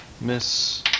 miss